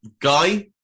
Guy